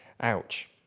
Ouch